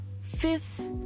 fifth